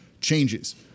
changes